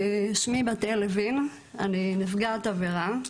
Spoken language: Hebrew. שמי בתאל לוין, אני נפגעת עבירה.